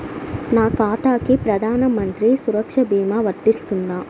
నా ఖాతాకి ప్రధాన మంత్రి సురక్ష భీమా వర్తిస్తుందా?